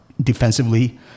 defensively